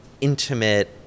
intimate